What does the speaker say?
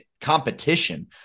competition